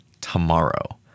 tomorrow